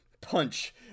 punch